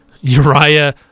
Uriah